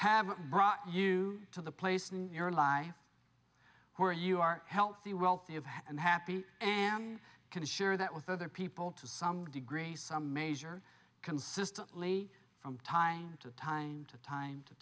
have brought you to the place in your life who are you are healthy wealthy of and happy and can share that with other people to some degree some measure consistently from time to time to time to